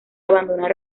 abandonar